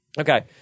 Okay